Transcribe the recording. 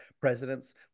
presidents